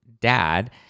dad